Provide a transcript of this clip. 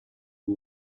who